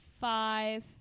five